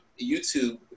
YouTube